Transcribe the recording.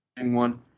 one